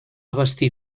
vestir